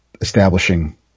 establishing